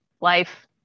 life